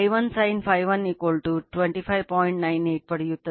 98 ಪಡೆಯುತ್ತದೆ